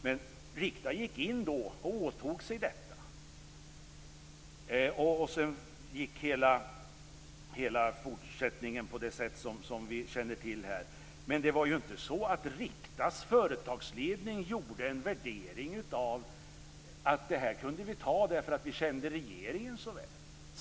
Men Rikta åtog sig detta, och sedan blev fortsättningen sådan som vi känner till. Det var inte så att Riktas företagsledning gjorde den värderingen att den kunde åta sig detta därför att den kände regeringen så väl.